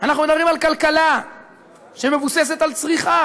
אנחנו מדברים על כלכלה שמבוססת על צריכה,